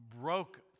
broke